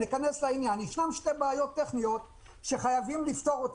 ניכנס לעניין: יש שתי בעיות טכניות שחייבים לפתור,